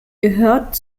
gehört